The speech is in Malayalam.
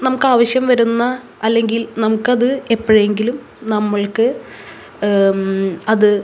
നമുക്കാവശ്യം വരുന്ന അല്ലെങ്കിൽ നമുക്കത് എപ്പോഴെങ്കിലും നമ്മൾക്ക് അത്